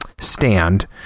Stand